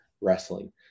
wrestling